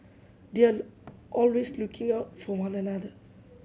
they are always looking out for one another